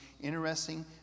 interesting